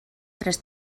tres